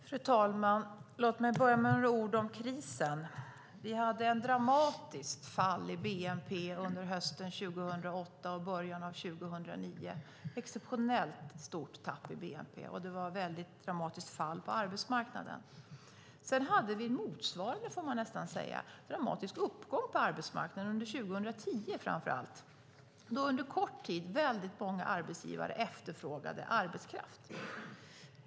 Fru talman! Låt mig börja med några ord om krisen. Det var ett dramatiskt fall i bnp under hösten 2008 och början av 2009. Det var ett exceptionellt stort tapp i bnp, och det var ett dramatiskt fall på arbetsmarknaden. Sedan hade vi något motsvarande, en dramatisk uppgång på arbetsmarknaden under framför allt 2010, då under kort tid väldigt många arbetsgivare efterfrågade arbetskraft.